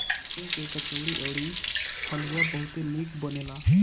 मूंग के कचौड़ी अउरी हलुआ बहुते निक बनेला